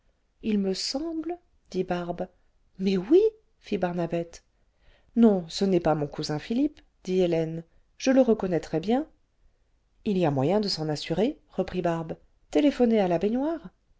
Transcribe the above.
r me semble dit barbe mais oui fit barnabette non ce n'est pas mon cousin philippe dit hélène je le reconnaîtrais bien la suppression de l'absence il y a moyen de s'en assurer reprit barbe téléphonez à la baignoire